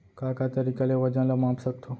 का का तरीक़ा ले वजन ला माप सकथो?